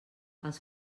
els